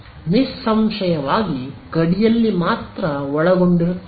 ನಿಸ್ಸಂಶಯವಾಗಿ ಗಡಿಯಲ್ಲಿ ಮಾತ್ರ ಒಳಗೊಂಡಿರುತ್ತದೆ